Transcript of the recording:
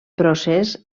procés